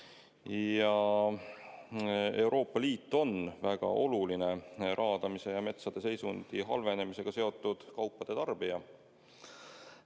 Ja Euroopa Liit on väga suur raadamise ja metsade seisundi halvenemisega seotud kaupade tarbija.